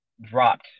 dropped